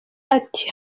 ati